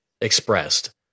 expressed